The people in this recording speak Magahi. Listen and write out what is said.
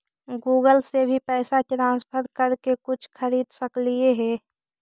गूगल से भी पैसा ट्रांसफर कर के कुछ खरिद सकलिऐ हे?